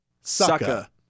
sucker